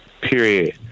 period